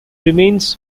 remains